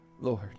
lord